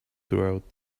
throughout